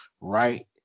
right